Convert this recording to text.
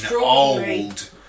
old